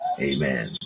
Amen